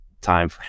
time